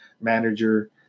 manager